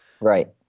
Right